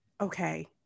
okay